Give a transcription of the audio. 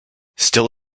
still